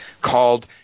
called